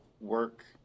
work